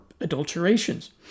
adulterations